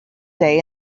day